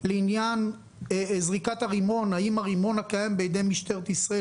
לעניין זריקת הרימון האם הרימון הקיים בידי משטרת ישראל